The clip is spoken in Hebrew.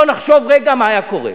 בוא נחשוב רגע מה היה קורה.